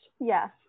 Yes